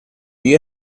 you